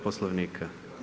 Poslovnika.